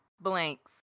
blanks